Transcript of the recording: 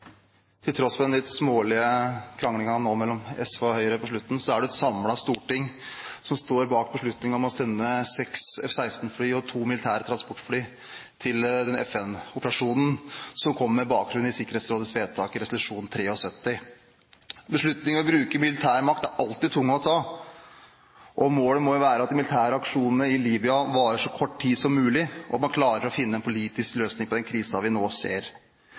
Til tross for den litt smålige kranglingen mellom SV og Høyre nå på slutten er det et samlet storting som står bak beslutningen om å sende seks F-16-fly og to militære transportfly til den FN-operasjonen som kom med bakgrunn i Sikkerhetsrådets vedtak i resolusjon 1973. Beslutningen om å bruke militær makt er alltid tung å ta, og målet må jo være at de militære aksjonene i Libya varer så kort tid som mulig, og at man klarer å finne en politisk løsning på den krisen vi nå ser.